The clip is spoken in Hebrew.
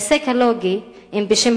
ההיסק הלוגי: אם בשם